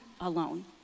alone